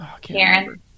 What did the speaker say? Karen